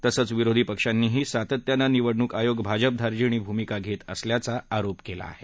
तसंच विरोधीपक्षानंही सातत्यानं निवडणूक आयोग भाजपा धार्जिणी भूमिका घेत असल्याचा आरोप केला आहे